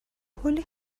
کلی